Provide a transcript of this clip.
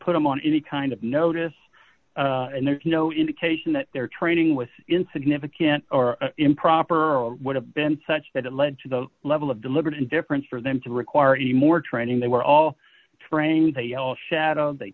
put him on any kind of notice and there's no indication that they're trading with in significant or improper or would have been such that it led to the level of deliberate indifference for them to require any more training they were all training they yell shadow they